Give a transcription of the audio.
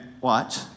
watch